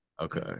Okay